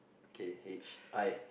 okay H I